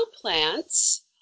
plants